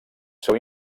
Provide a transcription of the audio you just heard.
seu